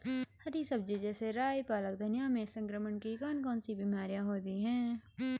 हरी सब्जी जैसे राई पालक धनिया में संक्रमण की कौन कौन सी बीमारियां होती हैं?